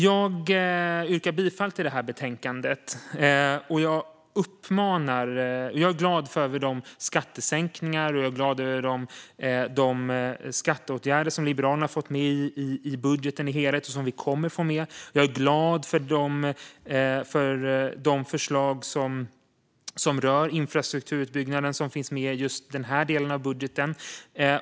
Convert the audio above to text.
Jag yrkar bifall till utskottets förslag i detta betänkande. Jag är glad över skattesänkningarna. Jag är glad över de skatteåtgärder som Liberalerna har fått med i budgeten som helhet och som vi kommer att få med. Jag är glad över de förslag som rör infrastrukturutbyggnaden och som finns med i just denna del av budgeten.